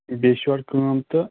بیٚیہِ چھِ یورٕ کٲم تہٕ